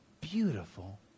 beautiful